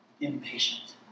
impatient